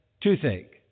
toothache